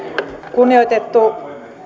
kunnioitettu